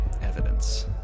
evidence